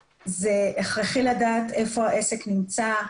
הכרחי לדעת היכן העסק נמצא.